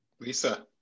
Lisa